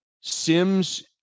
Sims